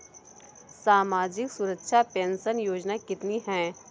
सामाजिक सुरक्षा पेंशन योजना कितनी हैं?